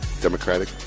Democratic